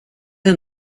den